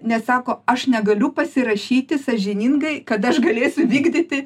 nes sako aš negaliu pasirašyti sąžiningai kad aš galėsiu vykdyti